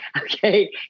Okay